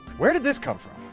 where did this come from.